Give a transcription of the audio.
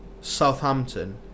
Southampton